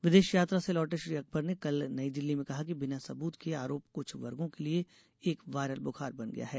विदेश यात्रा से लौटे श्री अकबर ने कल नई दिल्ली मेँ कहा कि बिना सबूत के आरोप कुछ वर्गों के लिए एक वायरल बुखार बन गया है